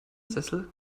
sessel